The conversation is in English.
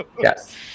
Yes